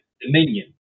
Dominion